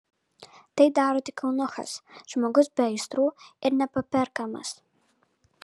tai daro tik eunuchas žmogus be aistrų ir nepaperkamas